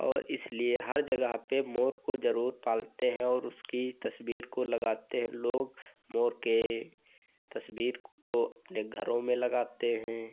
और इसलिए हर जगह पर मोर को ज़रूर पालते हैं और उसकी तस्वीर को लगाते हैं लोग मोर की तस्वीर को अपने घरों में लगाते हैं